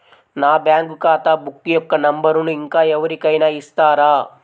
నా బ్యాంక్ ఖాతా బుక్ యొక్క నంబరును ఇంకా ఎవరి కైనా ఇస్తారా?